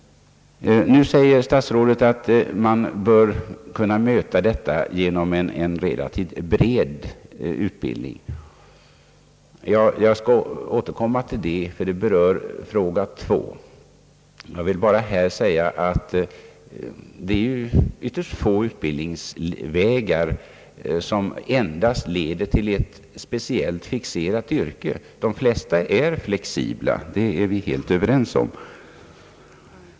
Nu säger statsrådet, att man bör kunna möta detta krav genom en relativt bred utbildning. Jag skall återkomma till detta, ty det berör fråga nr 2. Jag vill bara här framhålla, att det ju är ytterst få utbildningsvägar, som endast leder till ett speciellt, fixerat yrke. De flesta utbildningsvägar är flexibla. Det är vi helt överens om.